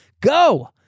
Go